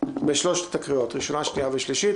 בשלוש הקריאות: ראשונה, שנייה ושלישית.